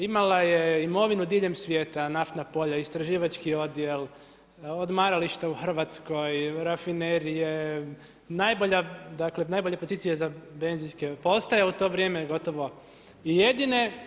Imala je imovinu diljem svijeta naftna polja, istraživački odjel, odmaralište u Hrvatskoj, rafinerije, dakle najbolje pozicije za benzinske postaje u to vrijeme gotovo i jedine.